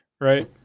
right